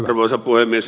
arvoisa puhemies